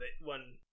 one